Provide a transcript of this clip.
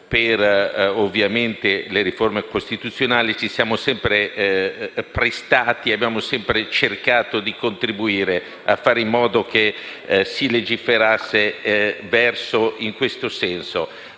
si tratta di riforme costituzionali, ci siamo sempre prestati e abbiamo sempre cercato di contribuire a fare in modo che si legiferasse in questo senso.